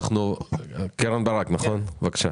קרן ברק, בבקשה.